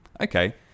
Okay